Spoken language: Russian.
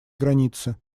границы